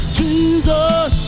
jesus